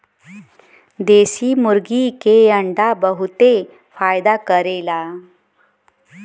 देशी मुर्गी के अंडा बहुते फायदा करेला